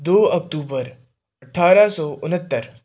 ਦੋ ਅਕਤੂਬਰ ਅਠਾਰਾਂ ਸੌ ਉਣੱਤਰ